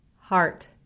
Heart